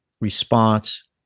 response